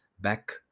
back